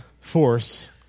force